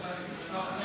רבותיי חברי